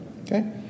Okay